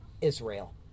Israel